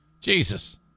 Jesus